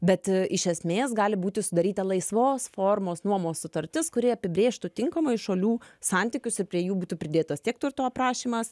bet iš esmės gali būti sudaryta laisvos formos nuomos sutartis kuri apibrėžtų tinkamai šalių santykius ir prie jų būtų pridėtas tiek turto aprašymas